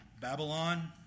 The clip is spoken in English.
Babylon